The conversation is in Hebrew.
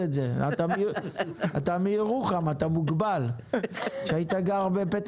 ואתם משמשים דוגמה ומופת